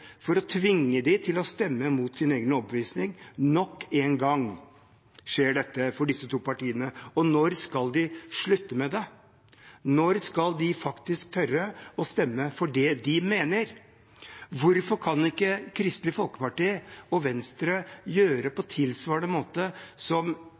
for å tvinge dem til å stemme mot sin egen overbevisning. Nok en gang skjer dette for disse to partiene. Når skal de slutte med det? Når skal de faktisk tørre å stemme for det de mener? Hvorfor kan ikke Kristelig Folkeparti og Venstre gjøre det på tilsvarende måte som